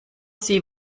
sie